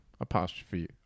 apostrophe